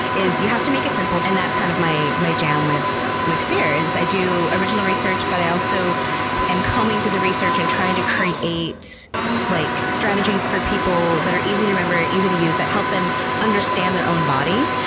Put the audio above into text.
is you have to make it simple. and that's kind of my my jam with with fears. i do original research, but i also am combing through the research and trying to create like strategies for people that are easy to remember, easy to use, that help them understand their own bodies,